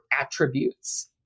attributes